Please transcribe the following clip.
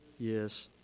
Yes